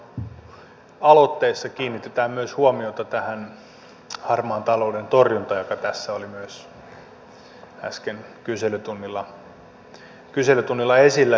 näissä talousarvioaloitteissa kiinnitetään huomiota myös tähän harmaan talouden torjuntaan joka tässä oli myös äsken kyselytunnilla esillä